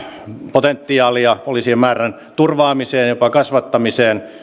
potentiaalia poliisien määrän turvaamiseen jopa kasvattamiseen mutta